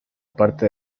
parte